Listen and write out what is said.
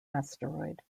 asteroid